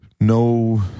no